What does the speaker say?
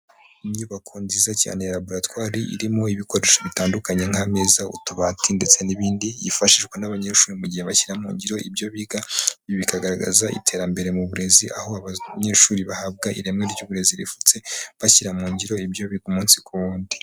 Inyubako nziza cyane ya raboratwari irimo ibikoresho bitandukanye nk'ameza, utubati, ndetse n'ibindi, yifashishwa n'abanyeshuri mu gihe bashyira mu ngiro ibyo biga, ibi bikagaragaza iterambere mu burezi, aho abanyeshuri bahabwa ireme ry'uburezi rifutse bashyira mu ngiro ibyo biga umunsi ku wundi.